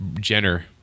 Jenner